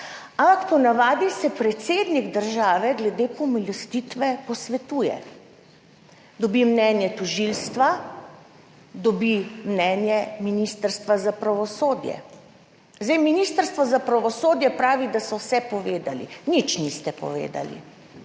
ampak ponavadi se predsednik države glede pomilostitve posvetuje, dobi mnenje tožilstva, dobi mnenje Ministrstva za pravosodje. Ministrstvo za pravosodje pravi, da so vse povedali, nič niste povedali.